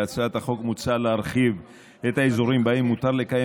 בהצעת החוק מוצע להרחיב את האזורים שבהם מותר לקיים